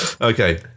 Okay